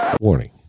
Warning